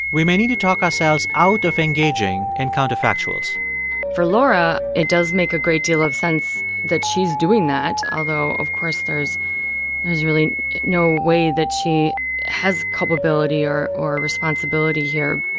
we may need to talk ourselves out of engaging in counterfactuals for laura, it does make a great deal of sense that she's doing that. although, of course, there's there's really no way that she has culpability or or responsibility here